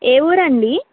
ఏ ఊరండి